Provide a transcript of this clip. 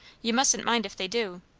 you mustn't mind if they do.